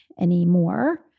anymore